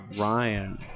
Ryan